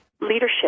leadership